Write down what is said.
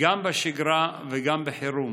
גם בשגרה וגם בחירום.